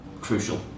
crucial